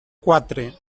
quatre